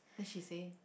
then she say